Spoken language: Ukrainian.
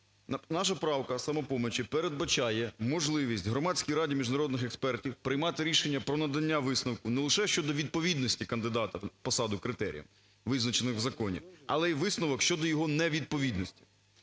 наша правка, "Самопомочі", передбачає можливість Громадській раді міжнародних експертів приймати рішення про надання висновку не лише щодо відповідності кандидата на посаду критеріям, визначеним в законі, але й висновок щодо його невідповідності.